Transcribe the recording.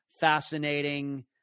fascinating